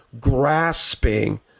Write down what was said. grasping